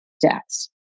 deaths